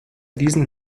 diesen